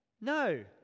No